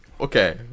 okay